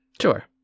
Sure